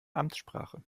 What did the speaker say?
amtssprache